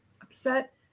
upset